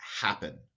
happen